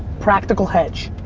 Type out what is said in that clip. practical hedge.